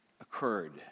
occurred